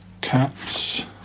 cats